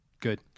Good